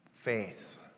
faith